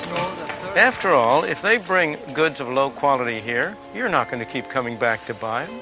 after all, if they bring goods of low quality here you're not going to keep coming back to buy.